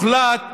כשהוחלט